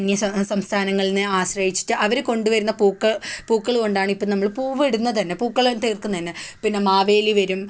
അന്യ സംസ്ഥാനങ്ങളിനെ ആശ്രയിച്ചിട്ട് അവർ കൊണ്ടുവരുന്ന പൂക്ക് പൂക്കൾ കൊണ്ടാണ് നമ്മൾ പൂവിടുന്നത് തന്നെ പൂക്കളം തീർക്കുന്നത് തന്നെ പിന്നെ മാവേലി വരും